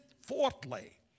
fourthly